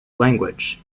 language